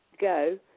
go